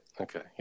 Okay